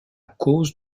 cause